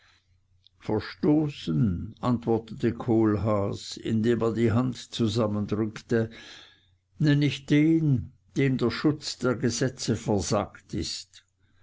verstoßen antwortete kohlhaas indem er die hand zusammendrückte nenne ich den dem der schutz der gesetze versagt ist